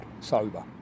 sober